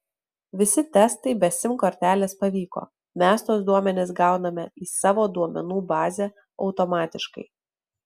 visi testai be sim kortelės pavyko mes tuos duomenis gauname į savo duomenų bazę automatiškai